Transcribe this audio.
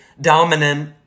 dominant